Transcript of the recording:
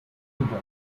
october